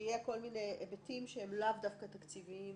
שיהיו בהרכב הוועדה כל מיני היבטים שהם לאו דווקא תקציביים.